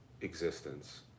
existence